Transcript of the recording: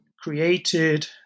created